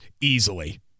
easily